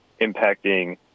impacting